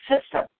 system